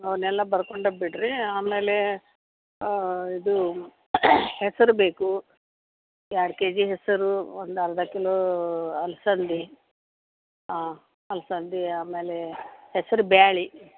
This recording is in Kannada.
ಅವನ್ನೆಲ್ಲ ಬರ್ಕೊಂಡೆ ಬಿಡಿರಿ ಆಮೇಲೆ ಇದು ಹೆಸರು ಬೇಕು ಎರಡು ಕೆಜಿ ಹೆಸರು ಒಂದು ಅರ್ಧ ಕಿಲೋ ಅಲ್ಸಂದೆ ಹಾಂ ಅಲ್ಸಂದೆ ಆಮೇಲೆ ಹೆಸರುಬೇಳಿ